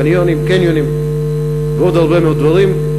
קניונים ועוד הרבה מאוד דברים.